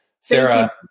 Sarah